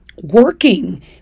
working